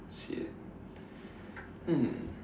sian hmm